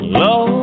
low